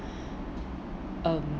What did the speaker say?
um